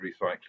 recycling